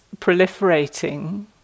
proliferating